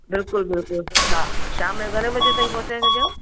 बिल्कुलु बिल्कुलु हा शाम जो घणे बजे ताईं पहुचाए छॾियांव